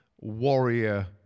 warrior